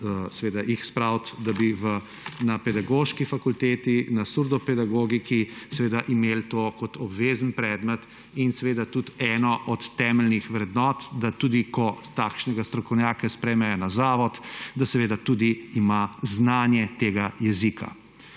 mogoče spraviti, da bi na pedagoški fakulteti, na surdopedagogiki, imeli to kot obvezen predmet in seveda tudi eno od temeljnih vrednot, da tudi, ko takšnega strokovnjaka sprejmejo na zavod, ima znanje tega jezika.